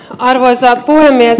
arvoisa puhemies